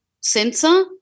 sensor